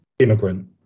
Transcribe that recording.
immigrant